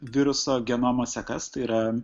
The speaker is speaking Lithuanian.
viruso genomo sekas tai yra